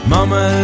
Mama